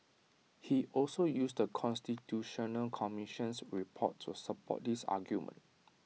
he also used the constitutional commission's report to support this argument